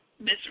Miss